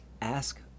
Ask